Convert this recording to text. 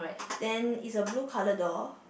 then is a blue color door